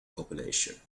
population